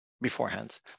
beforehand